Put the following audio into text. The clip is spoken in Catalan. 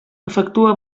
efectua